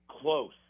close